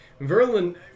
Verlin